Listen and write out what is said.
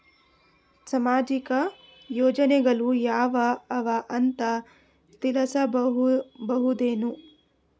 ಸಾಮಾಜಿಕ ಯೋಜನೆಗಳು ಯಾವ ಅವ ಅಂತ ತಿಳಸಬಹುದೇನು?